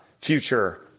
future